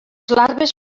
larves